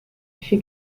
she